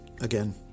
again